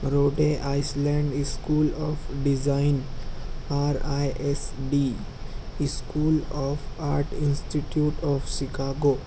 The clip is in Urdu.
بروڈے Island school of design R I S B school of art institute of Chicago